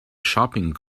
shopping